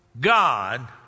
God